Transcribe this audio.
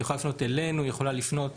היא יכולה לפנות אלינו, היא יכולה לפנות